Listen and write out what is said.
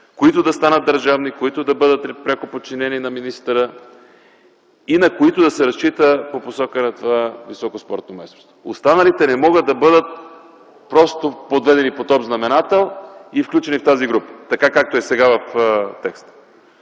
които да станат държавни, които да бъдат пряко подчинени на министъра и на които да се разчита по посока на това високо спортно майсторство. Останалите не могат да бъдат просто подведени под общ знаменател и включени в тази група, така както е сега в текста,